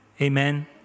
Amen